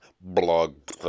Blog